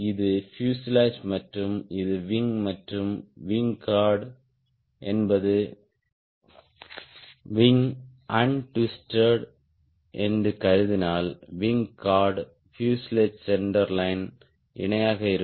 இது பியூசேலாஜ் மற்றும் இது விங் மற்றும் விங் கார்ட் என்பது விங் அண்ட்விஸ்ட்டேட் என்று கருதினால் wing chord fuselage centre line இணையாக இருக்கும்